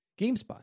GameSpot